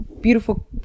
beautiful